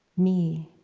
me.